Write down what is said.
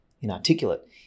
inarticulate